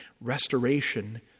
restoration